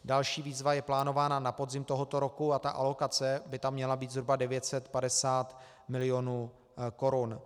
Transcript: Další výzva je plánována na podzim tohoto roku a ta alokace by tam měla být zhruba 950 milionů korun.